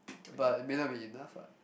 but may not be enough [what]